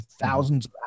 Thousands